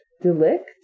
delict